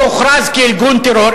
שהוכרז כארגון טרור,